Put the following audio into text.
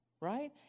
right